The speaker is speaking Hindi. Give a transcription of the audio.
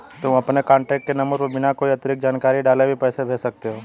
तुम अपने कॉन्टैक्ट के नंबर पर बिना कोई अतिरिक्त जानकारी डाले भी पैसे भेज सकते हो